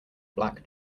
black